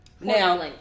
Now